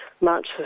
March